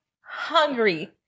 hungry